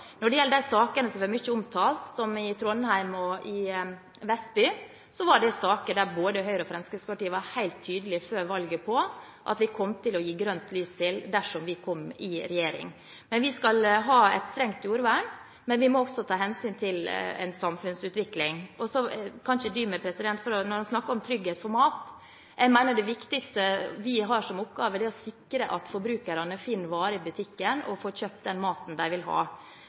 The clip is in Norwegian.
omtalt, i Trondheim og i Vestby, var det saker som både Høyre og Fremskrittspartiet før valget var helt tydelige på at vi kom til å gi grønt lys for dersom vi kom i regjering. Vi skal ha et strengt jordvern, men vi må også ta hensyn til samfunnsutviklingen. Så kan jeg ikke dy meg når en snakker om trygghet når det gjelder mat: Jeg mener den viktigste oppgaven vi har, er å sikre at forbrukerne finner varer i butikken og får kjøpt den maten de vil ha.